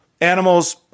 animals